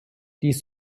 diese